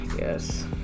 Yes